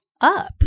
up